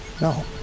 No